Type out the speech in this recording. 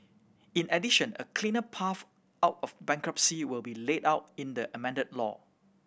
in addition a clearer path out of bankruptcy will be laid out in the amended law